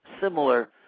similar